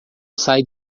sai